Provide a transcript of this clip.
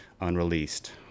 unreleased